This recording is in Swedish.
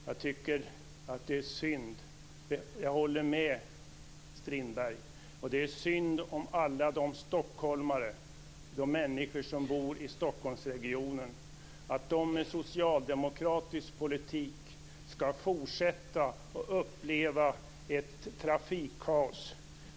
Jag håller med Strindberg. Det är synd att alla stockholmare, de människor som bor i Stockholmsregionen, med socialdemokratisk politik ska behöva fortsatt uppleva trafikkaos.